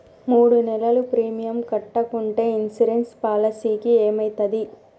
మూడు నెలలు ప్రీమియం కట్టకుంటే ఇన్సూరెన్స్ పాలసీకి ఏమైతది?